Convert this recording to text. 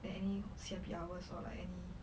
that any C_I_P hours or like any